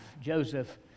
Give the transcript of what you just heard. Joseph